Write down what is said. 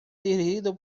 dirigido